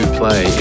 play